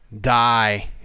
die